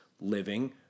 living